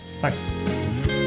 Thanks